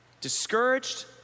discouraged